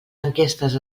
enquestes